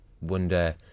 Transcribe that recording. wonder